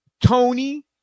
Tony